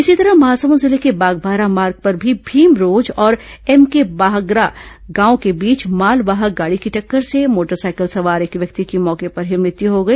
इसी तरह महासमुद जिले के बागॅबाहरा मार्ग पर भी भीमरोज और एमके बाहरा गांव के बीच मालवाहक गाड़ी की टक्कर से मोटरसाइकिल सवार एक व्यक्ति की मौके पर ही मृत्यु हो गई